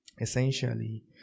essentially